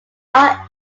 are